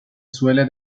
suele